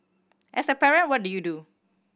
as a parent what do you do